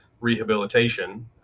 rehabilitation